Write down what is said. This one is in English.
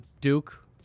Duke